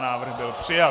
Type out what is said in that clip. Návrh byl přijat.